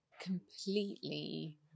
completely